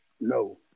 No